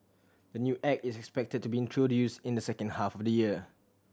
the new Act is expected to be introduced in the second half of the year